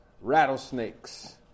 rattlesnakes